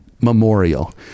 Memorial